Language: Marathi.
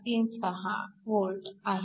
436 V आहे